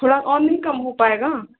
थोड़ा और नहीं कम हो पाएगा